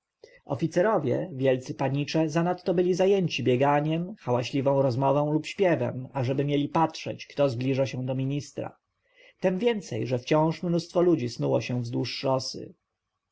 oficerowie wielcy panicze zanadto byli zajęci bieganiem hałaśliwą rozmową lub śpiewem ażeby mieli patrzeć kto zbliża się do ministra tem więcej że wciąż mnóstwo ludzi snuło się wzdłuż szosy